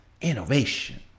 innovation